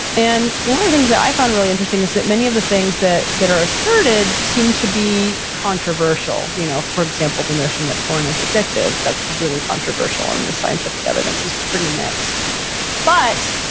and one of the things that i found really interesting is that many of the things that that are asserted seem to be controversial. you know, for example, the notion that porn is addictive, that's really controversial, and the scientific evidence is pretty mixed but,